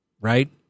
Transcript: right